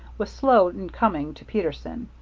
was slow in coming to peterson.